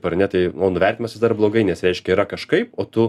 ar ne tai o nuvertinimas vis dar blogai nes reiškia yra kažkaip o tu